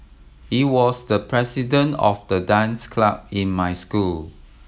he was the president of the dance club in my school